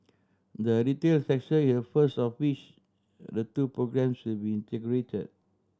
the retail in her first of which the two programmes will be integrated